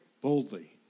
Boldly